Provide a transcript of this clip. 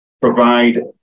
provide